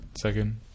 second